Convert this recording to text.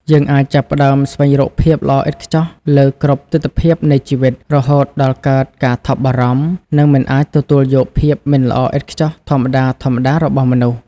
យើងអាចចាប់ផ្ដើមស្វែងរកភាពល្អឥតខ្ចោះលើគ្រប់ទិដ្ឋភាពនៃជីវិត រហូតដល់កើតការថប់បារម្ភ និងមិនអាចទទួលយកភាពមិនល្អឥតខ្ចោះធម្មតាៗរបស់មនុស្ស។